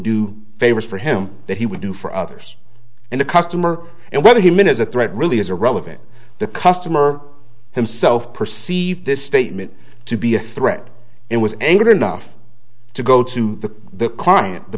do favors for him that he would do for others in the customer and whether human is a threat really is irrelevant the customer himself perceived this statement to be a threat and was angry enough to go to the client the